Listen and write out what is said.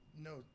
No